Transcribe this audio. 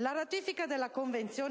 La ratifica della Convenzione,